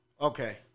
Okay